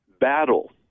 battle